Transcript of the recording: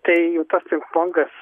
tai jau tas pingpongas